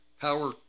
power